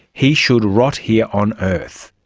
he should rot here on earth.